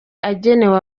agenewe